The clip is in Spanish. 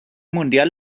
mundial